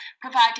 providing